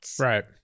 Right